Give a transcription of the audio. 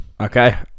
Okay